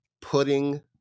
putting